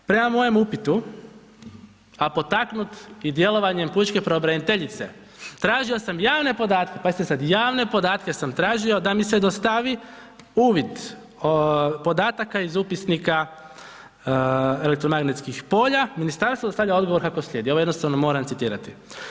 Prema mojem upitu, a potaknut i djelovanjem pučke pravobraniteljice, tražio sam javne podatke, pazite sad, javne podatke sam tražio da mi se dostavi uvid podataka iz Upisnika elektromagnetskog polja, ministarstvo dostavlja odgovor kako slijedi, ovo jednostavno moram citirati.